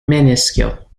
minuscule